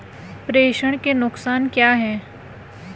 प्रेषण के नुकसान क्या हैं?